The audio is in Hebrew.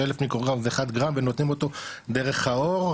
שאלף מיקרוגרם זה אחד גרם ונותנים אותו דרך העור,